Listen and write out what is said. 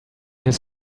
his